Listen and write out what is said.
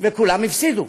וכולם הפסידו.